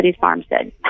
farmstead